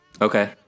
Okay